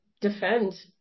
defend